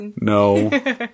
No